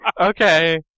Okay